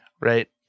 right